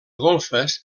golfes